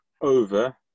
over